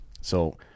So-